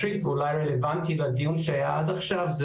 אולי רלוונטי לדיון שהיה עד עכשיו,